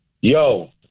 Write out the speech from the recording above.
Yo